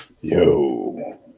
Yo